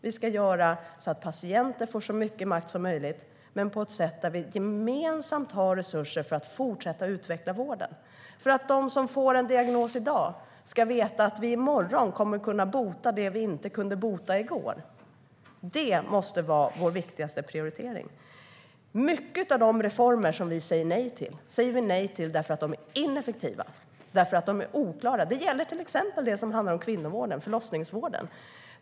Vi ska göra så att patienter får så mycket makt som möjligt, men på ett sätt där vi gemensamt har resurser för att fortsätta att utveckla vården och för att de som får en diagnos i dag ska veta att vi i morgon kommer att kunna bota det vi inte kunde bota i går. Det måste vara vår viktigaste prioritering. Mycket av de reformer som vi säger nej till säger vi nej till därför att de är ineffektiva och oklara. Det gäller till exempel det som handlar om kvinnovården och förlossningsvården.